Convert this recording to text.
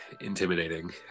intimidating